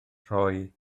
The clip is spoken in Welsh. rhoi